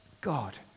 God